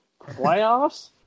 playoffs